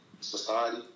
society